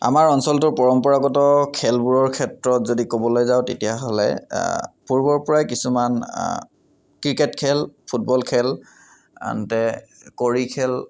আমাৰ অঞ্চলটোৰ পৰম্পৰাগত খেলবোৰৰ ক্ষেত্ৰত যদি ক'বলৈ যাওঁ তেতিয়াহ'লে পূৰ্বৰ পৰাই কিছুমান ক্ৰিকেট খেল ফুটবল খেল আনহাতে কড়ি খেল